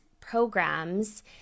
programs